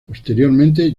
posteriormente